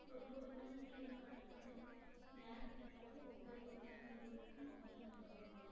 ஒரு பொதுவான நேரம் கட்டுப்பாடு நேரம் கட்டுப்பாடு ஒவ்வொரு பத்து நகர்வுகளுக்கும் ஐம்பது நாட்கள் ஆகும்